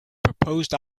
proposed